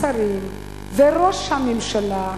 השרים וראש הממשלה,